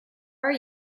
are